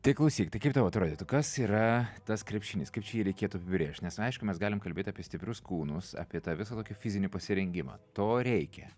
tai klausyk tai kaip tau atrodytų kas yra tas krepšinis kaip čia jį reikėtų apibrėžt nes aišku mes galim kalbėti apie stiprius kūnus apie tą visą tokį fizinį pasirengimą to reikia